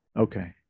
Okay